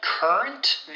Current